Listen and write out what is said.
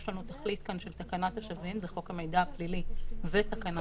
יש לנו כאן תכלית של תקנת השבים זה חוק המידע הפלילי ותקנת השבים.